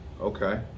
Okay